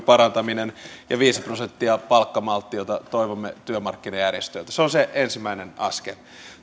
parantaminen ja viisi prosenttia palkkamaltti jota toivomme työmarkkinajärjestöiltä se on se ensimmäinen askel